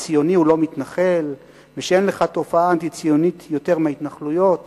שציוני הוא לא מתנחל ושאין לך תופעה אנטי-ציונית יותר מההתנחלויות